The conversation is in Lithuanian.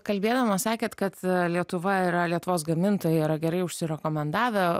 kalbėdamas sakėt kad lietuva yra lietuvos gamintojai yra gerai užsirekomendavę